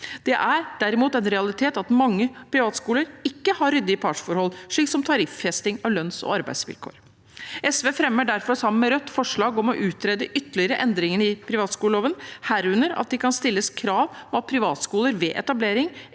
Det er derimot en realitet at mange privatskoler ikke har ryddige partsforhold, som tariffesting av lønnsog arbeidsvilkår. SV fremmer derfor, sammen med Rødt, forslag om å utrede ytterligere endringer i privatskoleloven, herunder at det kan stilles krav om at privatskoler ved etablering